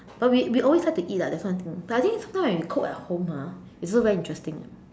but we we always like to eat lah that's one thing but I think it's nice if you cook at home ah it's also very interesting eh